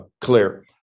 clear